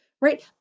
right